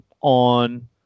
on